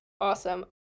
awesome